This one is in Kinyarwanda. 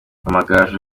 amagaju